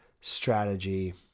strategy